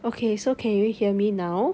okay so can you hear me now